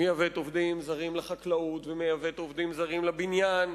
מייבאת עובדים זרים לחקלאות ומייבאת עובדים זרים לבניין.